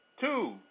Two